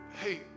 hey